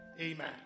Amen